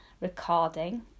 recording